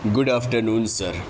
good after noon sir